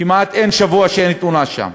כמעט אין שבוע שאין תאונה שם,